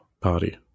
party